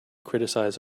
criticize